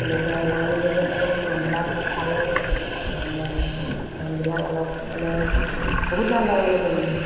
তেনেকৈ ওলাই মেলি গ'লে মানে মনবিলাক অলপ ভাল লাগে মন মনবিলাক অলপ মানে বহুত ভাল লাগে মানে মনবিলাক